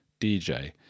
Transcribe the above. DJ